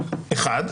אחד,